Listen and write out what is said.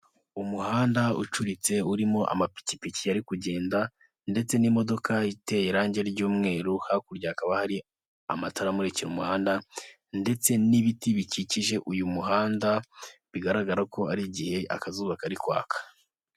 Umuhanda ucuritse urimo amapikipiki yari ari kugenda ndetse n'imodoka iteye irangi ry'umweru, hakurya hakaba hari amatara amurikira umuhanda ndetse n'ibiti bikikije uyu muhanda bigaragara ko hari igihe akazuba kari kwaka.